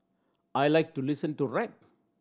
I like to listen to rap